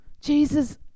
Jesus